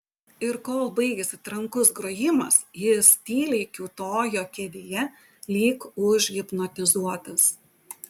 ir kol baigėsi trankus grojimas jis tyliai kiūtojo kėdėje lyg užhipnotizuotas